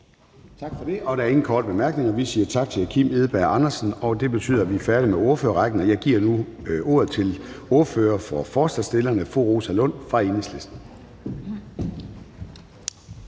Tak for det. Der er ingen korte bemærkninger. Vi siger tak til hr. Kim Edberg Andersen. Det betyder, at vi er færdige med ordførerrækken, og jeg giver nu ordet til ordfører for forslagsstillerne fru Rosa Lund fra Enhedslisten.